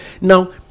Now